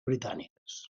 britàniques